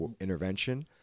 intervention